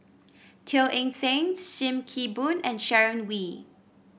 Teo Eng Seng Sim Kee Boon and Sharon Wee